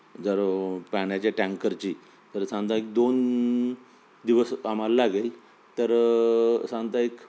जर पाण्याच्या टँकरची तर समजा एक दोन दिवस आम्हाला लागेल तर साधारणतः एक